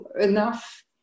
enough